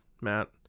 Matt